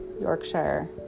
yorkshire